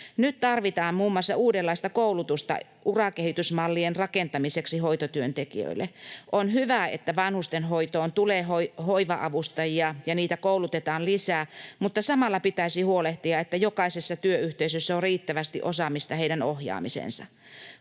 Nyt tarvitaan muun muassa uudenlaista koulutusta urakehitysmallien rakentamiseksi hoitotyöntekijöille. On hyvä, että vanhustenhoitoon tulee hoiva-avustajia ja niitä koulutetaan lisää, mutta samalla pitäisi huolehtia, että jokaisessa työyhteisössä on riittävästi osaamista heidän ohjaamiseensa.